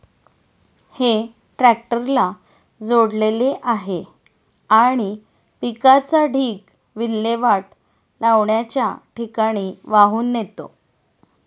हे ट्रॅक्टरला जोडलेले आहे आणि पिकाचा ढीग विल्हेवाट लावण्याच्या ठिकाणी वाहून नेतो